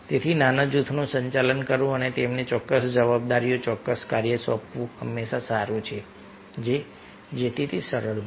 તેથી નાના જૂથોનું સંચાલન કરવું અને તેમને ચોક્કસ જવાબદારીઓ ચોક્કસ કાર્ય સોંપવું હંમેશા સારું છે જેથી તે સરળ બને